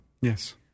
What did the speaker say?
Yes